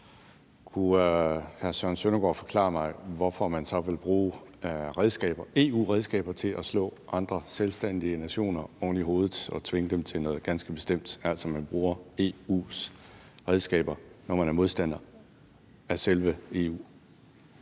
Kunne hr. Søren Søndergaard forklare mig, hvorfor man så vil bruge EU-redskaber til at slå andre selvstændige nationer oven i hovedet og tvinge dem til noget ganske bestemt, altså at man bruger EU's redskaber, når man er modstander af selve EU?